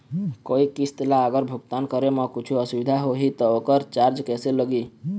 कोई किस्त ला अगर भुगतान करे म कुछू असुविधा होही त ओकर चार्ज कैसे लगी?